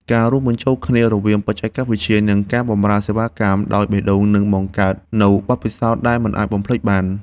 ការរួមបញ្ចូលគ្នារវាងបច្ចេកវិទ្យា និងការបម្រើសេវាកម្មដោយបេះដូងនឹងបង្កើតនូវបទពិសោធន៍ដែលមិនអាចបំភ្លេចបាន។